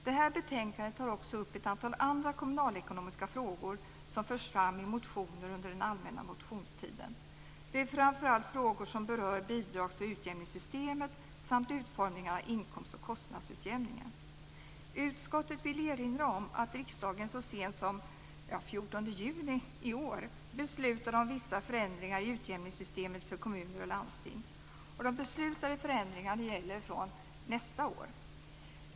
Detta betänkande tar också upp ett antal andra kommunalekonomiska frågor som förts fram i motioner under den allmänna motionstiden. Det är framför allt frågor som berör bidrags och utjämningssystemet samt utformningen av inkomstoch kostnadsutjämningen. Utskottet vill erinra om att riksdagen så sent som den 14 juni i år beslutade om vissa förändringar i utjämningssystemet för kommuner och landsting. De beslutade förändringarna gäller från nästa år.